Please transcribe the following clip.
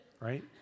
right